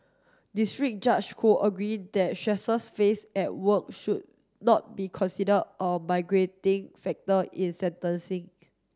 District Judge Ho agreed that stresses faced at work should not be consider a migrating factor in sentencing